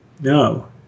No